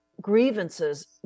grievances